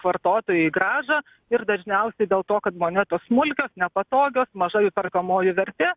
vartotojai grąžą ir dažniausiai dėl to kad monetos smulkios nepatogios maža jų perkamoji vertė